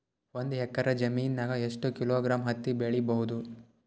ಒಂದ್ ಎಕ್ಕರ ಜಮೀನಗ ಎಷ್ಟು ಕಿಲೋಗ್ರಾಂ ಹತ್ತಿ ಬೆಳಿ ಬಹುದು?